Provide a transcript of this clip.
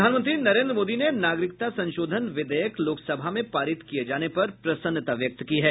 प्रधानमंत्री नरेंद्र मोदी ने नागरिकता संशोधन विधेयक लोकसभा में पारित किए जाने पर प्रसन्नता व्यक्त की है